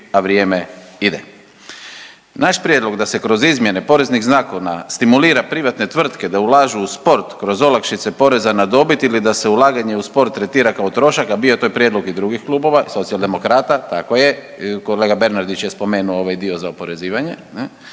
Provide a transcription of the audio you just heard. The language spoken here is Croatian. a vrijeme ide. Naš prijedlog da se kroz izmjene poreznih zakona stimulira privatne tvrtke da ulažu u sport kroz olakšice poreza na dobit ili da se ulaganje u sport tretirat kao trošak, a bio je to prijedlog i drugih klubova Socijaldemokrata, tako je, kolega Bernardić je spomenuo ovaj dio za oporezivanje,